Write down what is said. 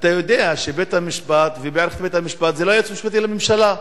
אתה יודע שבית-המשפט ומערכת בית-המשפט זה לא היועץ המשפטי לממשלה,